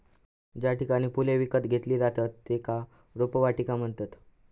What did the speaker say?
ज्या ठिकाणी फुले विकत घेतली जातत त्येका रोपवाटिका म्हणतत